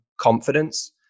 confidence